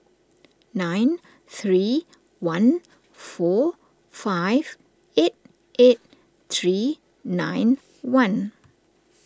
nine three one four five eight eight three nine one